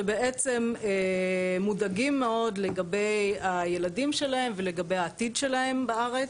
שבעצם מודאגים מאוד לגבי הילדים שלהם ולגבי העתיד שלהם בארץ.